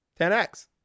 10x